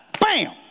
bam